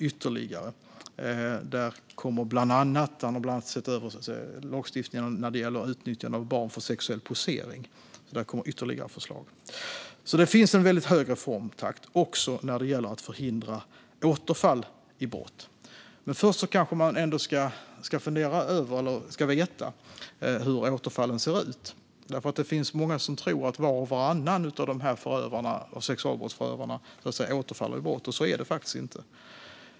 Han har bland annat sett över lagstiftningen om utnyttjande av barn för sexuell posering, och där kommer ytterligare förslag. Reformtakten är alltså hög, också när det gäller att förhindra återfall i brott. Man ska dock veta hur det ser ut med återfallen. Många tror att var och varannan av sexualbrottsförövare återfaller i brott, men så är det inte.